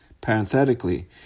Parenthetically